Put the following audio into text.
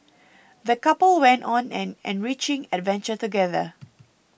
the couple went on an enriching adventure together